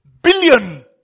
Billion